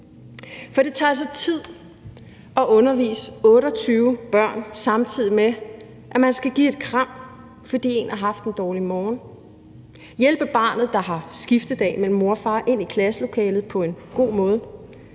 For det tager altså tid at undervise 28 børn, samtidig med at man skal give et kram, fordi en har haft en dårlig morgen, hjælpe barnet, der har skiftedag mellem mor og far, ind i klasselokalet på en god måde,